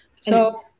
So-